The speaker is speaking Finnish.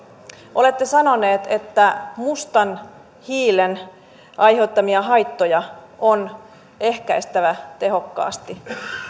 olette sanonut että mustan hiilen aiheuttamia haittoja on ehkäistävä tehokkaasti